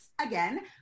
again